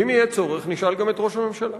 ואם יהיה צורך, נשאל גם את ראש הממשלה.